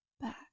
back